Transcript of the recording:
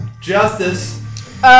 Justice